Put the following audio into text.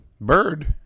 Bird